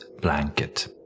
blanket